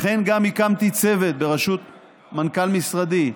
לכן גם הקמתי צוות, בראשות מנכ"ל משרדי,